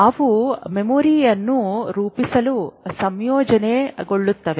ಅವು ಮೆಮೊರಿಯನ್ನು ರೂಪಿಸಲು ಸಂಯೋಜನೆಗೊಳ್ಳುತ್ತವೆ